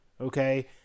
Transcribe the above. okay